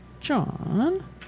John